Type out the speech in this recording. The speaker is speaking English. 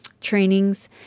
trainings